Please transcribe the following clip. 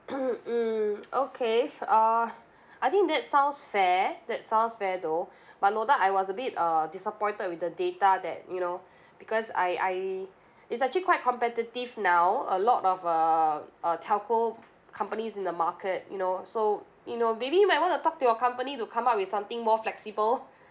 mm okay uh I think that sounds fair that sounds fair though but noted I was a bit uh disappointed with the data that you know because I I it's actually quite competitive now a lot of uh uh telco companies in the market you know so you know maybe you might want to talk to your company to come up with something more flexible